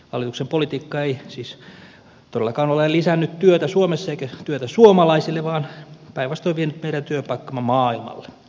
hallituksen politiikka ei siis todellakaan ole lisännyt työtä suomessa eikä työtä suomalaisille vaan päinvastoin vienyt meidän työpaikkamme maailmalle